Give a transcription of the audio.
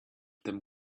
them